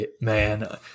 man